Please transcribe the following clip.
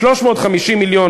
350 מיליון,